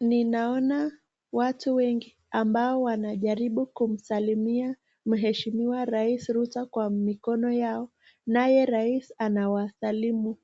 Ninaona watu wengi ambao wanajaribu kumsalimia mheshimiwa rais Ruto kwa mikono yao naye rais anawasalimu,